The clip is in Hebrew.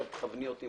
תכווני אותי,